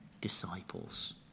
disciples